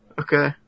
Okay